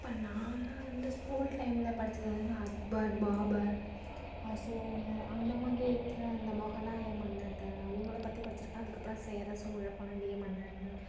இப்போ நான்லாம் வந்து ஸ்கூல் டைம்ல படித்தது வந்து அக்பர் பாபர் அசோகர் அந்த மாதிரி இருக்கிற அந்த மொகலாய மன்னர்கள் அவங்கள பற்றி படித்திருக்கேன் அதுக்கப்புறம் சேர சோழ பாண்டிய மன்னர்கள்